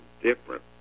different